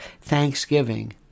Thanksgiving